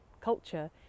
culture